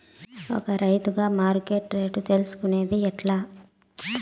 ఒక రైతుగా మార్కెట్ రేట్లు తెలుసుకొనేది ఎట్లా?